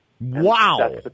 Wow